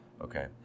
Okay